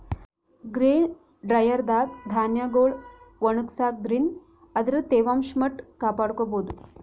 grain dryer ದಾಗ್ ಧಾನ್ಯಗೊಳ್ ಒಣಗಸಾದ್ರಿನ್ದ ಅದರ್ದ್ ತೇವಾಂಶ ಮಟ್ಟ್ ಕಾಪಾಡ್ಕೊಭೌದು